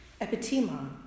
epitema